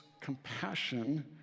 compassion